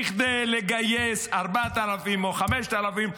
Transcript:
כדי לגייס 4,000 או 5,000,